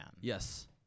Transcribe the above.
Yes